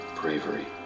bravery